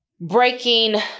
breaking